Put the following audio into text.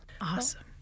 Awesome